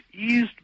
eased